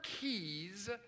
keys